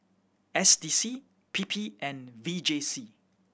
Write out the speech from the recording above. S D C P P and V J C